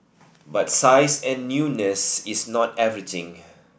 but size and newness is not everything